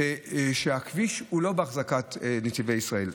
זה שהכביש הוא לא באחזקת נתיבי ישראל.